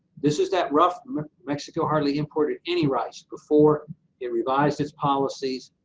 this is that rough mexico hardly imported any rice before it revised its policies,